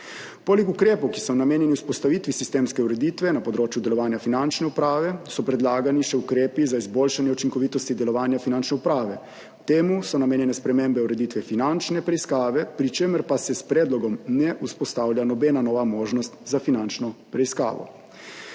Poleg ukrepov, ki so namenjeni vzpostavitvi sistemske ureditve na področju delovanja finančne uprave, so predlagani še ukrepi za izboljšanje učinkovitosti delovanja finančne uprave. Temu so namenjene spremembe ureditve finančne preiskave, pri čemer pa se s predlogom ne vzpostavlja nobena nova možnost za finančno preiskavo.